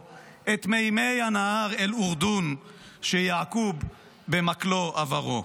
/ את מימי הנהר אל-אורדון / שיעקב במקלו עברו.